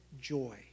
joy